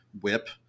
whip